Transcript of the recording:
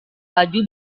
baju